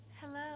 Hello